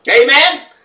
Amen